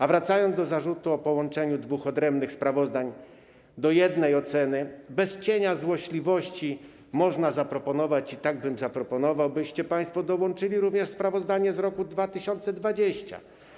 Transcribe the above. A wracając do zarzutu o połączeniu dwóch odrębnych sprawozdań do oceny, bez cienia złośliwości można zaproponować, i tak bym zaproponował, byście państwo dołączyli również sprawozdanie z roku 2020.